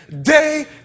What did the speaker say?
day